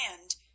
and